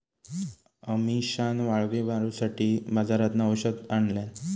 अमिशान वाळवी मारूसाठी बाजारातना औषध आणल्यान